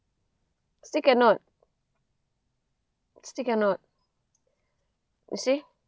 still cannot still cannot you see